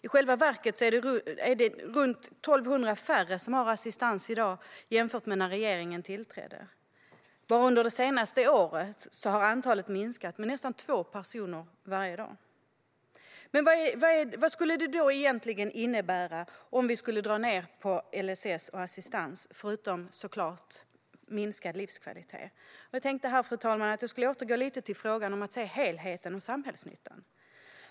I själva verket är det runt 1 200 färre som har assistans i dag jämfört med när regeringen tillträdde. Bara under det senaste året har antalet minskat med nästan två personer per dag. Vad skulle det då egentligen innebära om vi skulle dra ned på LSS och assistans, förutom såklart minskad livskvalitet? Jag tänkte, fru talman, att jag skulle återgå lite till frågan om att se helheten och samhällsnyttan.